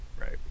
Right